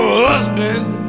husband